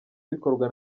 bikorwa